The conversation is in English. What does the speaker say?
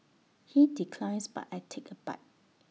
he declines but I take A bite